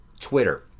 Twitter